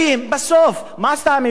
בסוף, מה עשתה הממשלה?